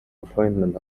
appointment